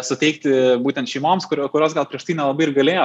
suteikti būtent šeimoms kurio kurios gal prieš tai nelabai ir galėjo